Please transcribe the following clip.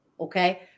Okay